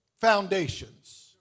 Foundations